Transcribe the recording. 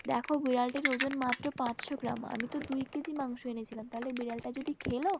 দেখো বিড়ালটির ওজন মাত্র পাঁচশো গ্রাম আমি তো দুই কে জি মাংস এনেছিলাম তাহলে বিড়ালটা যদি খেলো